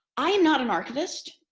i am not an archivist.